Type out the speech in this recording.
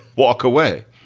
walk away.